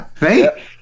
right